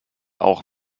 auch